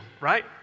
right